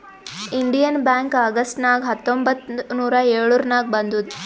Indian bank August ನಾಗ್ ಹತ್ತೊಂಬತ್ತ್ ನೂರಾ ಎಳುರ್ನಾಗ್ ಬಂದುದ್